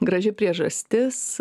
graži priežastis